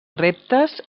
reptes